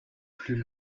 plus